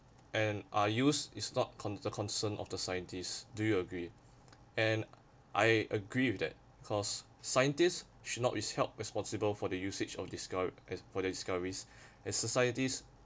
and are used is not con~ the concern of the scientists do you agree and I agree with that because scientists should not be held responsible for the usage of discov~ as for their discoveries and societies